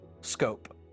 scope